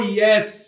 yes